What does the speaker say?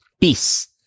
peace